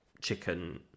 chicken